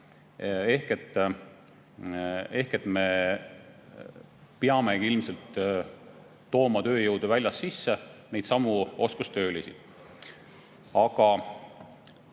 Ehk me peamegi ilmselt tooma tööjõudu väljast sisse, neidsamu oskustöölisi. Aga